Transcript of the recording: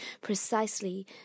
precisely